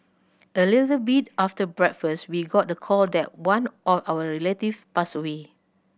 a little bit after breakfast we got the call that one of our relatives passed away